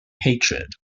hatred